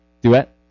Duet